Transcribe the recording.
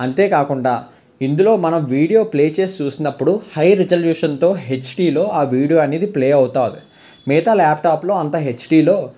అంతేకాకుండా ఇందులో మనం వీడియో ప్లే చేసి చూసినప్పుడు హై రిజల్యూషన్తో హెచ్డిలో ఆ వీడియో అనేది ప్లే అవుతుంది మిగతా ల్యాప్టాప్లో అంత హెచ్డిలో